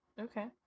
Okay